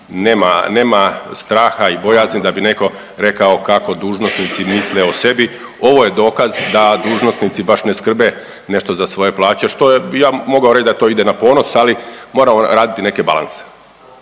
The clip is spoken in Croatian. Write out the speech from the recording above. nema straha i bojazni da bi neko rekao kako dužnosnici misle o sebi. Ovo je dokaz da dužnosnici baš ne skrbe nešto za svoje plaće što je, ja bih mogao reći da to ide na ponos, ali moramo raditi neke balanse.